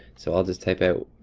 so, i'll just type out,